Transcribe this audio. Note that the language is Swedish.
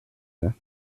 det